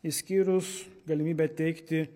išskyrus galimybę teikti